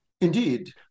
Indeed